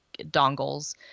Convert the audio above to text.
dongles